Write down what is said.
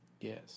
Yes